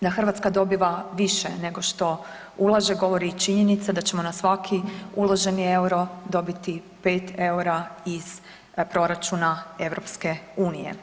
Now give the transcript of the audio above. Da Hrvatska dobiva više nego što ulaže, govori i činjenica da ćemo na svaki uloženi euro dobiti 5 eura iz proračuna EU.